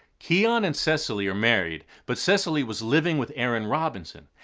keon and cecily are married, but cecily was living with aaron robinson.